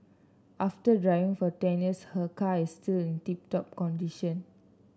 after driving for ten years her car is still in tip top condition